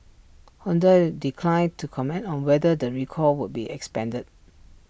Hyundai declined to comment on whether the recall would be expanded